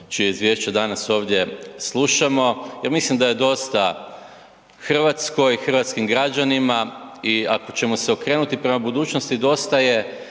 čije izvješće danas ovdje slušamo jer mislim da je dosta Hrvatskoj, hrvatskim građanima i ako ćemo se okrenuti budućnosti, dosta je